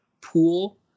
pool